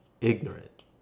ignorant